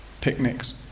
picnics